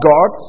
God